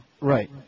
Right